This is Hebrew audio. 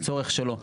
את הצורך שלו,